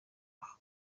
aha